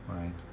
right